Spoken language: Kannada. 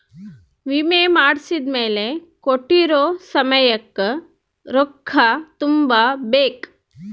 ವಿಮೆ ಮಾಡ್ಸಿದ್ಮೆಲೆ ಕೋಟ್ಟಿರೊ ಸಮಯಕ್ ರೊಕ್ಕ ತುಂಬ ಬೇಕ್